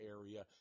area